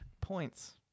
points